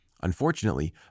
Unfortunately